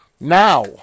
now